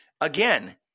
Again